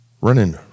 running